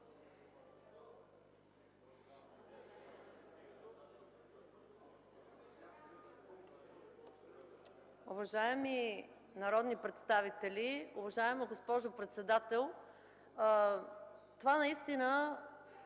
Уважаеми народни представители, уважаема госпожо председател, това наистина